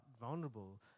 vulnerable